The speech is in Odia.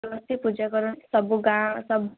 ଆସନ୍ତି ପୂଜା କରନ୍ତି ସବୁ ଗାଁ ସବୁ